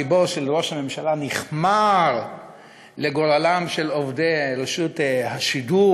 לבו של ראש הממשלה נכמר לנוכח גורלם של עובדי רשות השידור.